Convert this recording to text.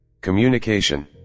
communication